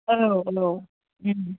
औ औ